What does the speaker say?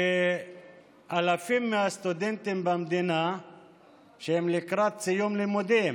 שאלפים מהסטודנטים במדינה שהם לקראת סיום לימודים,